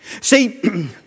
See